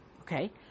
Okay